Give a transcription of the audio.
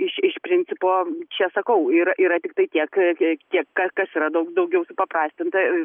iš iš principo čia sakau yra yra tiktai tiek tiek kad kas yra daug daugiau supaprastinta